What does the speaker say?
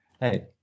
hey